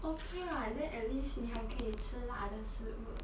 okay lah then at least 你还可以吃辣的食物